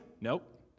Nope